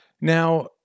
now